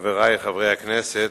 חברי חברי הכנסת,